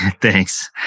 Thanks